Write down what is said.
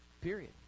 Period